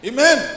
Amen